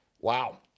Wow